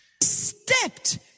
stepped